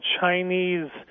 Chinese